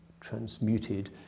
transmuted